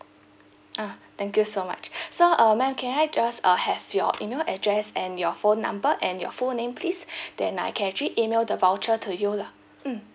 ah thank you so much so um ma'am can I just uh have your email address and your phone number and your full name please then I can actually email the voucher to you lah mm